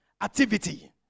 activity